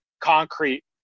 concrete